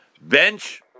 Bench